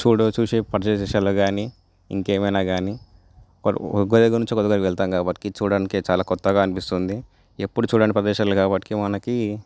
చూడ చూసే ప్రదేశాలు గానీ ఇంకేమైనా గానీ మనం ఒక ప్లేస్ నుంచి ఒక ప్లేస్ వెళ్తాం కాబట్టి చూడనీకి చాలా కొత్తగా అనిపిస్తుంది ఎప్పుడు చూడని ప్రదేశాలు కాబట్టి మనకి